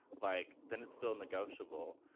like then it's still negotiable.